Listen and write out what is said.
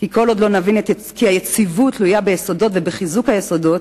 כי כל עוד לא נבין שיציבות תלויה ביסודות ובחיזוק היסודות,